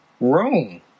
Rome